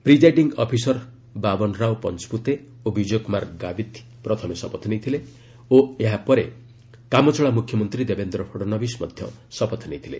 presiding officer Baban Rao Panchpute ଓ ବିକୟ କୁମାର ଗାବିତ୍ ପ୍ରଥମେ ଶପଥ ନେଇଥିଲେ ଓ ଏହାପରେ କାମଚଳା ମୁଖ୍ୟମନ୍ତ୍ରୀ ଦେବେନ୍ଦ୍ର ଫଡ଼ଣବିସ୍ ମଧ୍ୟ ଶପଥ ନେଇଥିଲେ